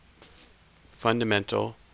fundamental